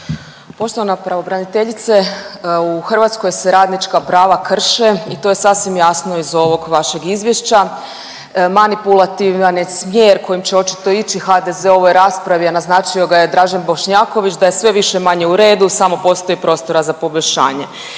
Poštovana pravobraniteljice. U Hrvatskoj se radnička prava krše i to je sasvim jasno iz ovog vašeg izvješća, manipulativan je smjer kojim će očito ići HDZ u ovoj raspravi, a naznačio ga je Dražen Bošnjaković da je sve više-manje u radu samo postoji prostora za poboljšanje.